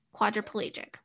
quadriplegic